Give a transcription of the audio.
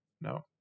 No